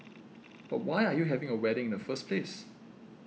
but why are you having a wedding in the first place